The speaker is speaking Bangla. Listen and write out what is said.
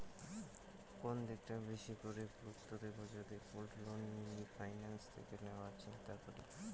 কোন দিকটা বেশি করে গুরুত্ব দেব যদি গোল্ড লোন মিনি ফাইন্যান্স থেকে নেওয়ার চিন্তা করি?